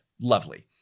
Lovely